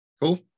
Cool